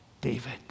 David